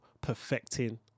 perfecting